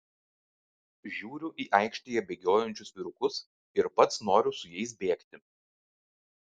žiūriu į aikštėje bėgiojančius vyrukus ir pats noriu su jais bėgti